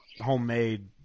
homemade